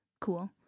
cool